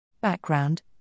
Background